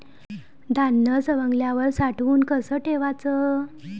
धान्य सवंगल्यावर साठवून कस ठेवाच?